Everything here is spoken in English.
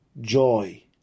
joy